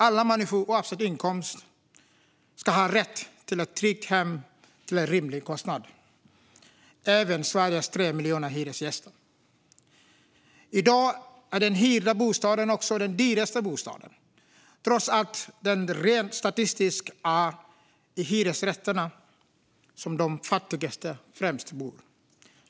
Alla människor, oavsett inkomst, ska ha rätt till ett tryggt hem till en rimlig kostnad - även Sveriges 3 miljoner hyresgäster. I dag är den hyrda bostaden också den dyraste bostaden, trots att det rent statistiskt är i hyresrätterna som de fattigaste främst bor.